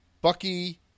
Bucky